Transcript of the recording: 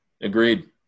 Agreed